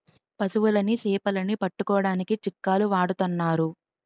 పశువులని సేపలని పట్టుకోడానికి చిక్కాలు వాడతన్నారు